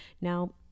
now